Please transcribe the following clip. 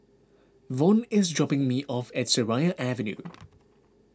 Von is dropping me off at Seraya Avenue